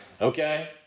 okay